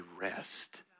rest